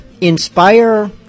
inspire